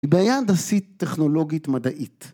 ‫היא בעיה הנדסית-טכנולוגית-מדעית.